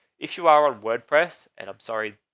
if you are a wordpress, and i'm sorry.